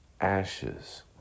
ashes